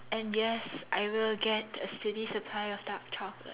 and yes I will get a steady supply of dark chocolate